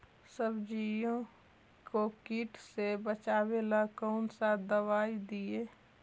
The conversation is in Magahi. सब्जियों को किट से बचाबेला कौन सा दबाई दीए?